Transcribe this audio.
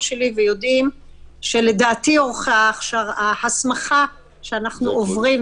שלי ויודעים שלדעתי ההסמכה שאנחנו עוברים,